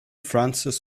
francis